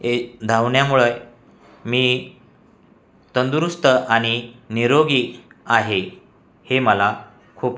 ए धावन्यामुळं मी तंदुरुस्त आनि निरोगी आहे हे मला खूप